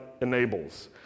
enables